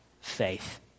faith